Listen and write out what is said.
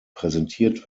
präsentiert